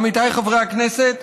עמיתיי חברי הכנסת,